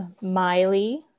Miley